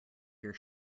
your